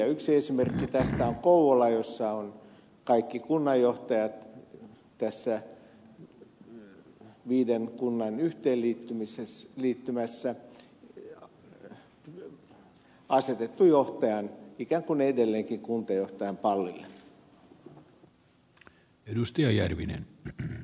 yksi esimerkki tästä on kouvola jossa on kaikki kunnanjohtajat tässä kuuden kunnan yhteenliittymässä asetettu johtajan ikään kuin edelleenkin kuntajohtajan pallille